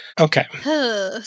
Okay